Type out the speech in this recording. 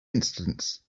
incidents